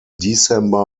december